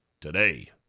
today